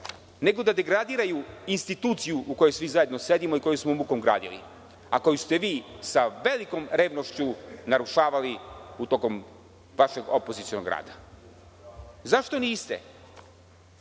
nego da degradiraju instituciju u kojoj svi zajedno sedimo i kojom smo mukom gradili, a koju ste vi sa velikom vrednošću narušavali tokom vašeg opozicionog rada.Zašto niste